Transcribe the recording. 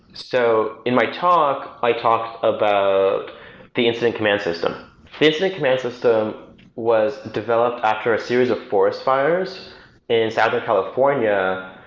so in my talk, i talked about the incident command system. the incident command system was developed after a series of forest fires in southern california,